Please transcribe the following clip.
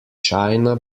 china